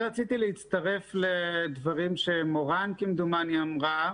רציתי להצטרף לדברים שמורן נגיד אמרה.